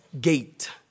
gate